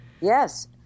yes